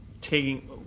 taking